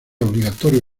obligatorio